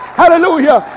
hallelujah